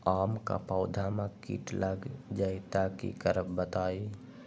आम क पौधा म कीट लग जई त की करब बताई?